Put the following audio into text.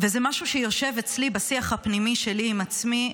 זה משהו שיושב אצלי בשיח הפנימי שלי עם עצמי,